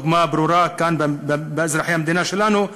דוגמה ברורה כאן, אצל אזרחי המדינה שלנו: